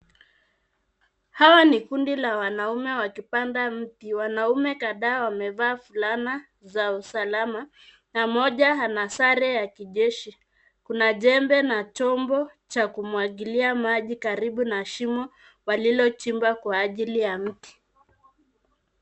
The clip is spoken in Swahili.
Hawa ni kundi la wanaume wakipanda mti. Wanaume kadhaa wamevaa fulana zao za usalama, na mmoja wao amevaa sare ya kijeshi. Kuna jembe na chombo cha kumwagilia maji karibu na shimo walilochimba kwa ajili ya mti.